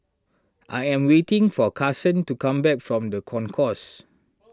I am waiting for Kasen to come back from the Concourse